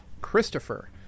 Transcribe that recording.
Christopher